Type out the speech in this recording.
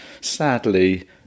sadly